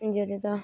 जेह्ड़े तां